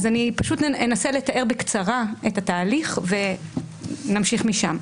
אני פשוט אנסה לתאר בקצרה את התהליך ונמשיך משם.